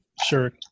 sure